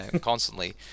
constantly